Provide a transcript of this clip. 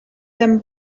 them